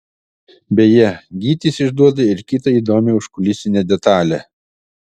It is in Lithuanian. beje gytis išduoda ir kitą įdomią užkulisinę detalę